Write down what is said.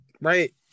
Right